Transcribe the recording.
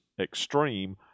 extreme